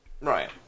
Right